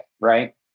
right